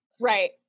Right